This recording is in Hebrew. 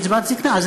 קצבת זיקנה,